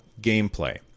gameplay